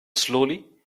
slowly